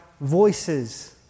voices